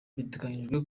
biteganyijwe